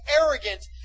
arrogant